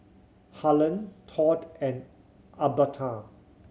Harland Todd and Albertha